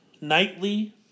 nightly